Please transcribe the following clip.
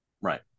Right